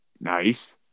Nice